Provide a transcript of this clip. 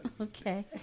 Okay